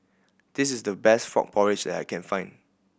this is the best frog porridge that I can find